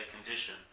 condition